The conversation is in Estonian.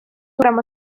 suurem